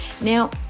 now